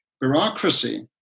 bureaucracy